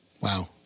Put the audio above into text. Wow